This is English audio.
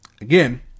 again